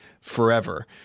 forever